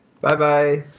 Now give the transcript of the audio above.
Bye-bye